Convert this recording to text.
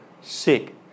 sick